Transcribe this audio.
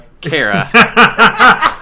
Kara